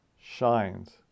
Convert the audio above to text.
shines